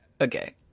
Okay